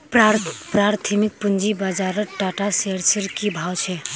प्राथमिक पूंजी बाजारत टाटा शेयर्सेर की भाव छ